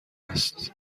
است